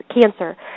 cancer